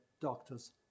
doctors